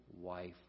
wife